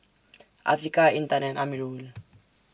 Afiqah Intan and Amirul